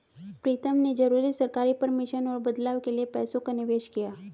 प्रीतम ने जरूरी सरकारी परमिशन और बदलाव के लिए पैसों का निवेश किया